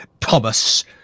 Thomas